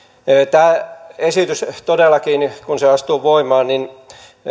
tämä esitys todellakin kun se astuu voimaan